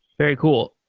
very cool.